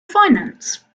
finance